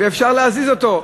ואפשר להזיז אותו,